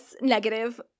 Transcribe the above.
negative